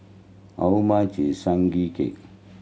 how much is Sugee Cake